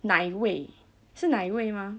奶味是奶味 mah